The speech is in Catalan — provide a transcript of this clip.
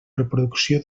reproducció